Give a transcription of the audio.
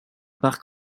parc